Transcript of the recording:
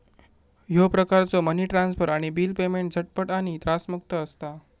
ह्यो प्रकारचो money transfer आणि बिल पेमेंट झटपट आणि त्रासमुक्त असता